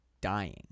dying